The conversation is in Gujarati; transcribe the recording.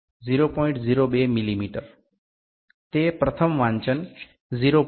તે પ્રથમ વાંચન 0